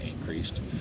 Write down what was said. increased